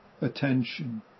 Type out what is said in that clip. attention